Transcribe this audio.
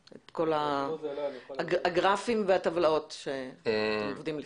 את כל הגרפים והטבלאות שאתם עובדים לפיהם.